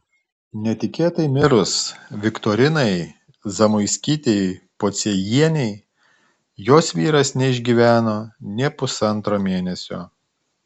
netikėtai mirus viktorinai zamoiskytei pociejienei jos vyras neišgyveno nė pusantro mėnesio